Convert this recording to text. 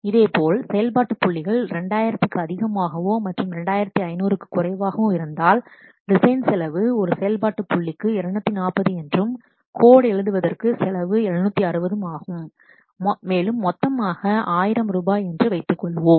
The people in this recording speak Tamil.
இதேபோல் செயல்பாட்டு புள்ளிகள் 2000 க்கு அதிகமாகவோ மற்றும் 2500 க்கு குறைவாக இருந்தால் டிசைன் செலவு ஒரு செயல்பாட்டு புள்ளிக்கு 240 என்றும் கோட் எழுதுவதற்கு செலவு 760 ஆகும் மேலும் மொத்தமாக 1000 ரூபாய் என்று வைத்துக்கொள்வோம்